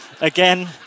again